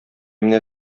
менә